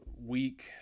week